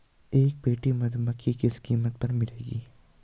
एक पेटी मधुमक्खी किस कीमत पर मिलेगी?